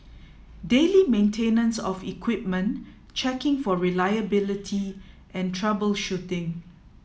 daily maintenance of equipment checking for reliability and troubleshooting